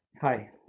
Hi